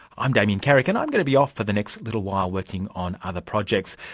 i'm damien carrick, and i'm going to be off for the next little while working on other projects.